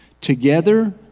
Together